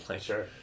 Sure